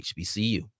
HBCU